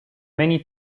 many